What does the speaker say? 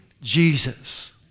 Jesus